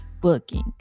booking